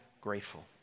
grateful